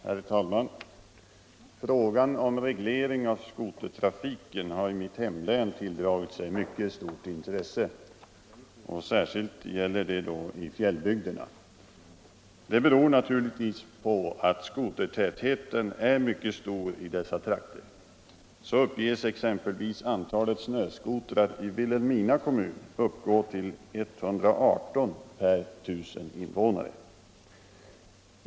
Herr talman! Frågan om reglering av skotertrafiken har i mitt hemlän tilldragit sig mycket stort intresse. Särskilt gäller det i fjällbygderna. Det beror naturligtvis på att skotertätheten är mycket stor i dessa trakter. » Så uppges exempelvis antalet snöskotrar i Vilhelmina kommun uppgå till 118 per 1000 invånare.